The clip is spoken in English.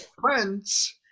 friends